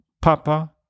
Papa